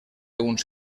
uns